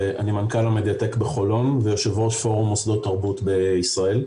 ואני מנכ"ל המדיטק בחולון ויושב-ראש פורום מוסדות תרבות בישראל.